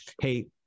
Hey